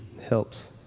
helps